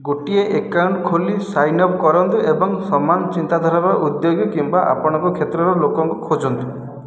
ଗୋଟିଏ ଏକାଉଣ୍ଟ ଖୋଲି sign up କରନ୍ତୁ ଏବଂ ସମାନ ଚିନ୍ତାଧାରାର ଉଦ୍ୟୋଗୀ କିମ୍ବା ଆପଣଙ୍କ କ୍ଷେତ୍ରର ଲୋକଙ୍କୁ ଖୋଜନ୍ତୁ